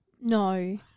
No